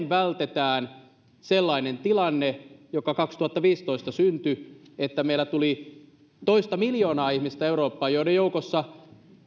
vältetään sellainen tilanne joka kaksituhattaviisitoista syntyi että meille eurooppaan tuli toista miljoonaa ihmistä joiden joukossa oli